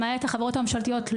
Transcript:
למעט החברות הממשלתיות,